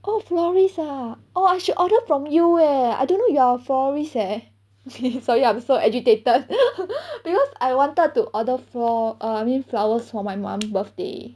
oh florist ah oh I should order from you leh I don't know you are a florist leh sorry I'm so agitated because I wanted to order flor~ err I mean flowers for my mum birthday